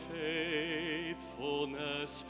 faithfulness